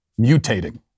mutating